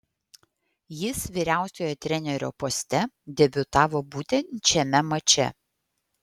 jis vyriausiojo trenerio poste debiutavo būtent šiame mače